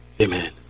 Amen